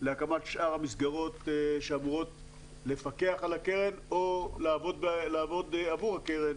להקמת שאר המסגרות שאמורות לפקח על הקרן או לעבוד עבור הקרן